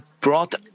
brought